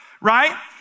right